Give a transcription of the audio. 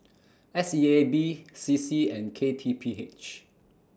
S E A B C C and K T P H